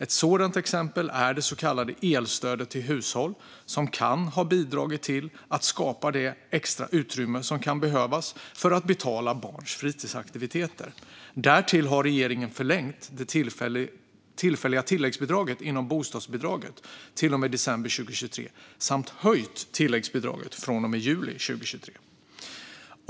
Ett sådant exempel är det så kallade elstödet till hushåll, som kan ha bidragit till att skapa det extra utrymme som kan behövas för att betala barns fritidsaktiviteter. Därtill har regeringen förlängt det tillfälliga tilläggsbidraget inom bostadsbidraget till och med december 2023 samt höjt tilläggsbidraget från och med juli 2023.